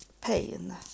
pain